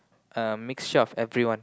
a mixture of everyone